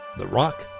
the rock,